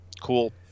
cool